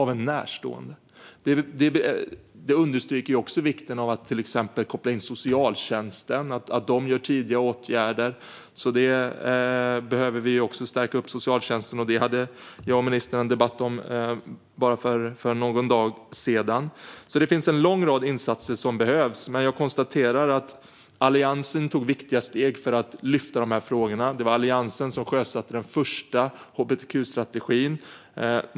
Detta understryker också vikten av att till exempel koppla in socialtjänsten så att de kan vidta tidiga åtgärder. Vi behöver alltså stärka socialtjänsten, något som jag och ministern hade en debatt om för bara någon dag sedan. Det är alltså en lång rad insatser som behövs. Jag konstaterar att Alliansen tog viktiga steg för att lyfta dessa frågor. Det var Alliansen som sjösatte den första hbtq-strategin.